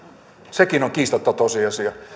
sekin on kiistatta tosiasia